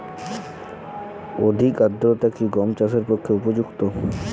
অধিক আর্দ্রতা কি গম চাষের পক্ষে উপযুক্ত?